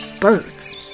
birds